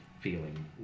feeling